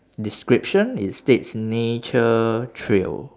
description it states nature trail